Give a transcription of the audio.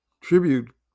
tribute